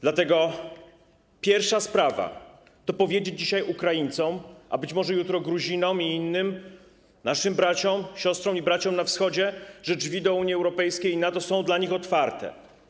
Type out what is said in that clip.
Dlatego pierwsza sprawa to powiedzieć dzisiaj Ukraińcom, a być może jutro Gruzinom i innym naszym siostrom i braciom na Wschodzie, że drzwi do Unii Europejskiej i NATO są dla nich otwarte.